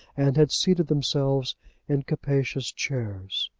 and had seated themselves in capacious chairs.